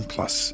Plus